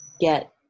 get